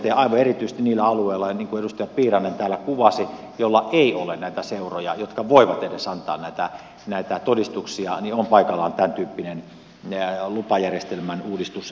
aivan erityisesti niillä alueilla niin kuin edustaja piirainen täällä kuvasi joilla ei ole näitä seuroja jotka voivat edes antaa näitä todistuksia on paikallaan tämäntyyppinen lupajärjestelmän uudistus tehdä